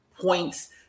points